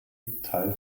teil